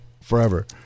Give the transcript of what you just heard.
forever